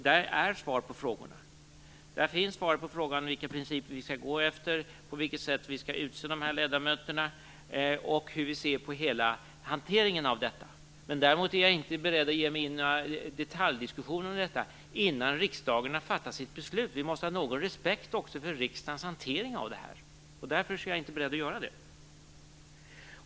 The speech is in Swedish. Där finns svar på frågorna om vilken princip vi skall gå efter, vilket sätt vi skall utse dessa ledamöter på och hur vi ser på hela hanteringen av detta. Däremot är jag inte beredd att ge mig in i några detaljdiskussioner om detta innan riksdagen har fattat sitt beslut. Vi måste ha någon respekt också för riksdagens hantering av detta, och därför är jag inte beredd att göra det.